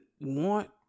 want